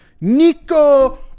Nico